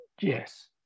yes